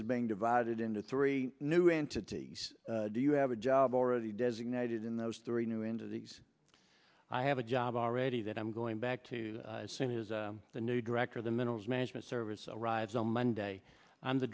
is being divided into three new entities do you have a job already designated in those three new into these i have a job already that i'm going back to soon is the new director of the minerals management service arrives on monday i'm the